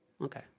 Okay